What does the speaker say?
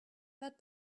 that